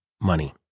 money